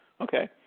Okay